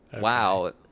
wow